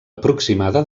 aproximada